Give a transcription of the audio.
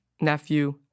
nephew